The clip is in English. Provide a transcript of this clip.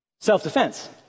Self-defense